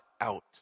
out